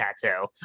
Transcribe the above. tattoo